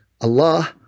Allah